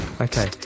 Okay